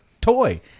toy